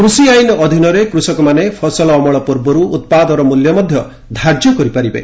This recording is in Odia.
କୃଷି ଆଇନ ଅଧୀନରେ କୃଷକମାନେ ଫସଲ ଅମଳ ପୂର୍ବରୁ ଉତ୍ପାଦର ମୂଲ୍ୟ ମଧ୍ୟ ଧାର୍ଯ୍ୟ କରିପାରିବେ